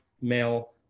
male